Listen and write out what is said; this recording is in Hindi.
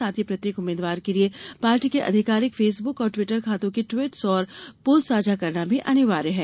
साथ ही प्रत्येक उम्मीदवार के लिये पार्टी के अधिकारिक फेसबुक और ट्वीटर खातों की ट्वीटस और पोस्ट साझा करना भी अनिवार्य है